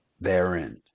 therein